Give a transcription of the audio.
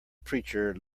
preacher